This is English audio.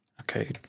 okay